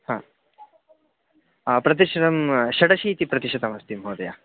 हा हा प्रतिशतं षडशीतिः प्रतिशतमस्ति महोदय